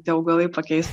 tie augalai pakeis